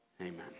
Amen